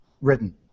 written